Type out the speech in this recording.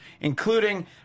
including